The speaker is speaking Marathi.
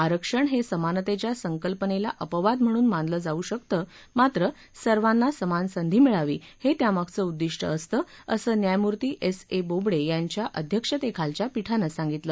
आरक्षण हे समानतेच्या सकंल्पनेला अपवाद म्हणून मानलं जाऊ शकतं मात्र सर्वांना समान संधी मिळावी हे त्यामागचं उद्दिष्ट असतं असं न्यायमूर्ती एस ए बोबड यांच्या अध्यक्षतेखालच्या पीठानं सांगितलं